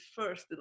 first